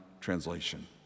translation